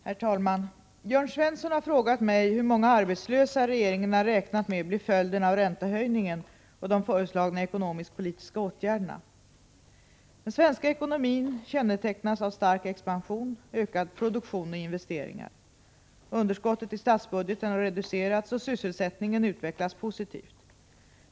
Herr talman! Jörn Svensson har frågat mig hur många arbetslösa regering = Om betydelsen av en har räknat med blir följden av räntehöjningen och de föreslagna räntehöjningen ekonomisk-politiska åtgärderna. m.m. för arbetslös Den svenska ekonomin kännetecknas av stark expansion, ökad produk = heten tion och investeringar. Underskottet i statsbudgeten har reducerats och sysselsättningen utvecklats positivt.